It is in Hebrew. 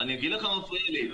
אני אגיד לך מה מפריע לי,